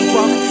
Walk